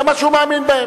זה מה שהוא מאמין בו.